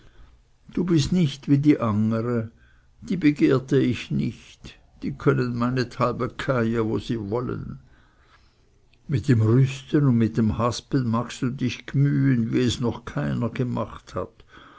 du bist nicht wie die angere die begehrte ich nicht die können meinethalben gheye wo sie wollen mit dem rüsten und mit dem haspen magst du dich gmühen wie es noch keiner gemacht hat